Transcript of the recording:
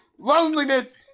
Loneliness